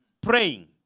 praying